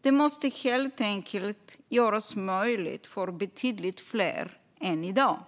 Det måste helt enkelt göras möjligt för betydligt fler än i dag.